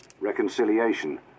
reconciliation